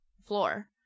floor